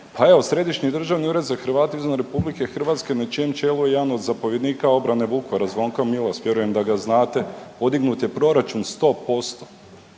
Pa evo Središnji državni ured za Hrvate izvan RH na čijem čelu je jedan od zapovjednika obrane Vukovara Zvonko Milas, vjerujem da ga znate, podignut je proračun 100%